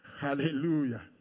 hallelujah